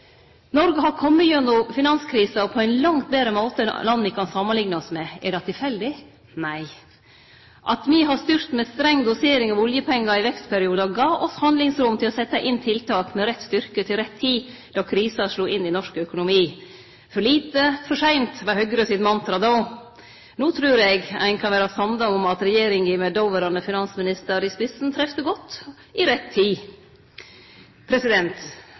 Noreg har kome gjennom finanskrisa på ein langt betre måte enn land me kan samanlikne oss med. Er det tilfeldig? Nei. At me har styrt med streng dosering av oljepengar i vekstperiodar, gav oss handlingsrom til å setje inn tiltak med rett styrke til rett tid då krisa slo inn i norsk økonomi. «For lite, for seint», var Høgre sitt mantra då. No trur eg me kan vere samde om at regjeringa, med dåverande finansminister i spissen, trefte godt – i rett tid.